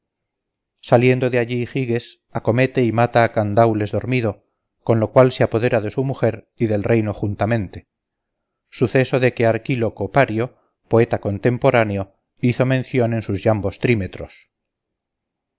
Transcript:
saliendo de allí giges acomete y mata a candaules dormido con lo cual se apodera de su mujer y del reino juntamente suceso de que arquíloco pario poeta contemporáneo hizo mención en sus yambos trímetros